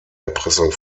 erpressung